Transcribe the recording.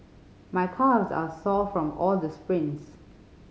my calves are sore from all the sprints